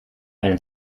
einen